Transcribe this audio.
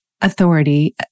authority